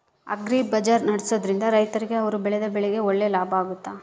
Agri bazaar ನಡೆಸ್ದೊರಿಂದ ರೈತರಿಗೆ ಅವರು ಬೆಳೆದ ಬೆಳೆಗೆ ಒಳ್ಳೆ ಲಾಭ ಆಗ್ತೈತಾ?